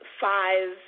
five